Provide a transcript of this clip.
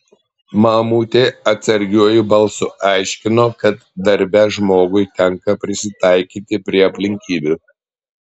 mamutė atsargiuoju balsu aiškino kad darbe žmogui tenka prisitaikyti prie aplinkybių